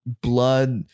blood